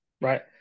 right